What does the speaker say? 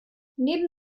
neben